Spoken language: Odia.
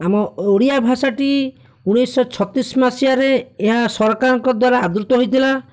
ଆମ ଓଡ଼ିଆ ଭାଷାଟି ଉଣେଇଶହ ଛତିଶ ମସିହାରେ ଏହା ସରକାରଙ୍କ ଦ୍ୱାରା ଆଦୃତ ହୋଇଥିଲା